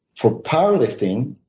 for power lifting,